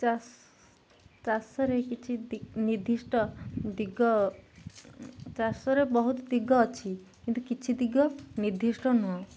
ଚାଷ ଚାଷରେ କିଛି ନିର୍ଦ୍ଧିଷ୍ଟ ଦିଗ ଚାଷରେ ବହୁତ ଦିଗ ଅଛି କିନ୍ତୁ କିଛି ଦିଗ ନିର୍ଦ୍ଧିଷ୍ଟ ନୁହଁ